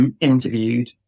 interviewed